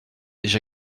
déjà